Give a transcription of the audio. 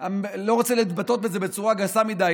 אני לא רוצה להתבטא בצורה גסה מדי,